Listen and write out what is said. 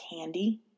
candy